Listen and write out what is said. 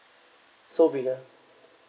sole